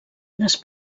les